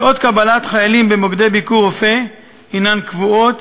שעות קבלת חיילים במוקדי "ביקורופא" הן קבועות,